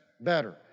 better